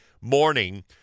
morning